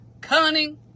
cunning